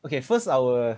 okay first our